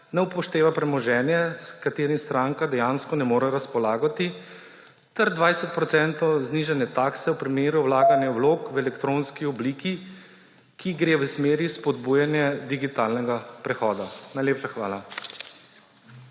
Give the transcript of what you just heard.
ne upošteva premoženje, s katerim stranka dejansko ne more razpolagati, ter 20-procentno znižanje takse v primeru vlaganja vlog v elektronski obliki, ki gre v smeri spodbujanja digitalnega prehoda. Najlepša hvala.